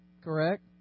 Correct